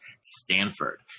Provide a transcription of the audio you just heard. Stanford